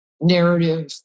narrative